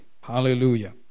Hallelujah